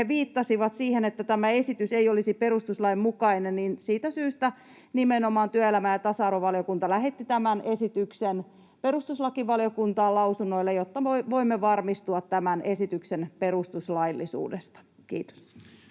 viittasivat siihen, että tämä esitys ei olisi perustuslain mukainen, niin siitä syystä nimenomaan työelämä‑ ja tasa-arvovaliokunta lähetti tämän esityksen perustuslakivaliokuntaan lausunnolle, jotta me voimme varmistua tämän esityksen perustuslaillisuudesta. — Kiitos.